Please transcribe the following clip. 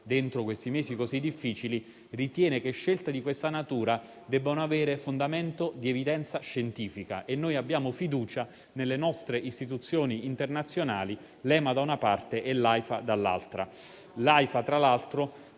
in questi mesi così difficili, ritiene che scelte di questa natura debbono avere fondamento di evidenza scientifica. Noi abbiamo fiducia nelle nostre istituzioni internazionali, l'EMA, da una parte, e l'AIFA, dall'altra. L'AIFA, tra l'altro,